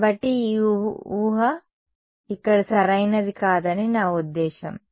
కాబట్టి ఈ ఊహ ఇక్కడ సరైనది కాదని నా ఉద్దేశ్యం